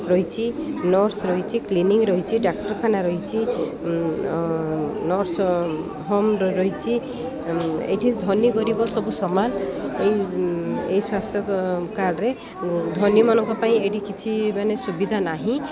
ରହିଛି ନର୍ସ ରହିଛି କ୍ଲିନିକ୍ ରହିଛି ଡାକ୍ତରଖାନା ରହିଛି ନର୍ସିଙ୍ଗ୍ ହୋମ ରହିଛି ଏଠି ଧନୀ ଗରିବ ସବୁ ସମାନ ଏଇ ଏଇ ସ୍ୱାସ୍ଥ୍ୟ କାର୍ଡ୍ରେ ଧନୀମାନଙ୍କ ପାଇଁ ଏଠି କିଛି ମାନେ ସୁବିଧା ନାହିଁ